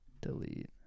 delete